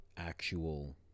actual